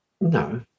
No